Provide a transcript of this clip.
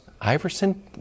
Iverson